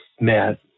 Matt